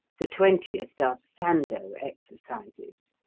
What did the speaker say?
the twentieth does sandow exercises.